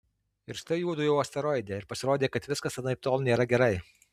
ir štai juodu jau asteroide ir pasirodė kad viskas anaiptol nėra gerai